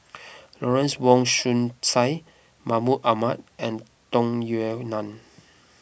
Lawrence Wong Shyun Tsai Mahmud Ahmad and Tung Yue Nang